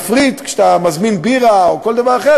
כשאתה מזמין בירה או כל דבר אחר,